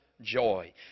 joy